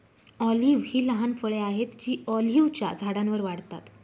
olive ही लहान फळे आहेत जी ऑलिव्हच्या झाडांवर वाढतात